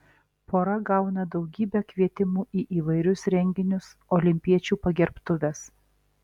pora gauna daugybę kvietimų į įvairius renginius olimpiečių pagerbtuves